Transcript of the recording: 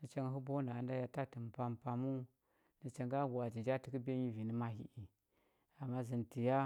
nacha ngə həba na ənda yatatəm pampmaəu nacha nga gwa atə nja təkəbiya nyi vi nə mahi i ngama zəndətə ya,